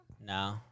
No